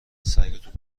سگتون